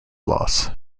loss